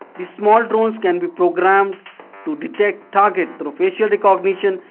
the small drones can be programmed to detect target through facial recognition,